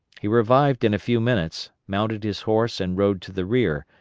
he revived in a few minutes, mounted his horse and rode to the rear,